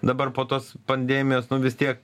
dabar po tos pandemijos nu vis tiek